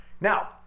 Now